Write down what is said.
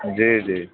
جی جی